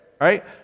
Right